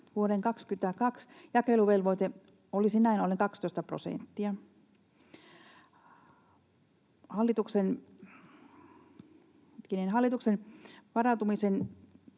Vuoden 22 jakeluvelvoite olisi näin ollen 12 prosenttia. Hallituksen varautumisen